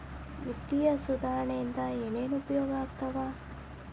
ವಿತ್ತೇಯ ಸುಧಾರಣೆ ಇಂದ ಏನೇನ್ ಉಪಯೋಗ ಆಗ್ತಾವ